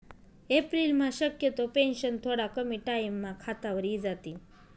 एप्रिलम्हा शक्यतो पेंशन थोडा कमी टाईमम्हा खातावर इजातीन